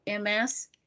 MS